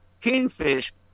Kingfish